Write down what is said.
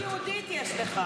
רק יהודית יש לך.